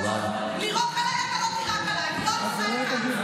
באמת, אל תעשה את זה.